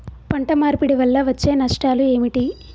పంట మార్పిడి వల్ల వచ్చే నష్టాలు ఏమిటి?